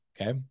okay